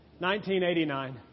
1989